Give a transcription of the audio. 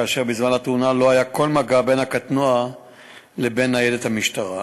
כאשר בזמן התאונה לא היה כל מגע בין הקטנוע לבין ניידת המשטרה.